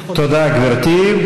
תודה, גברתי.